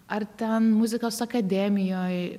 ar ten muzikos akademijoj